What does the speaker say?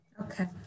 okay